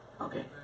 Okay